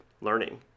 learning